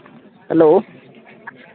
hello